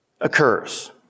occurs